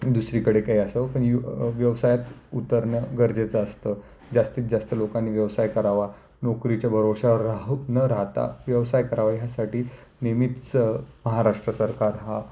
दुसरीकडे काही असावं पण यू व्यवसायात उतरणं गरजेचं असतं जास्तीत जास्त लोकांनी व्यवसाय करावा नोकरीच्या भरवशावर राहू न राहता व्यवसाय करावा ह्यासाठी नेहमीच महाराष्ट्र सरकार हा